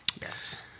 Yes